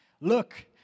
look